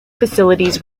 facilities